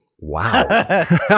wow